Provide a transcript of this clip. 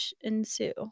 ensue